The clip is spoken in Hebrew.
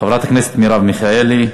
חברת הכנסת מרב מיכאלי,